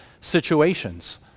situations